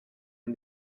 and